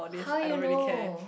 how you know